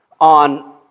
on